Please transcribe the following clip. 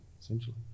essentially